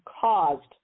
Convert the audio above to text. caused